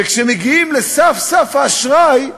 וכשמגיעים לסף-סף האשראי,